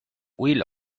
will